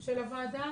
של הוועדה?